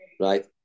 Right